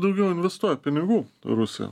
daugiau investuoja pinigų rusija